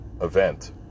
event